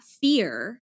fear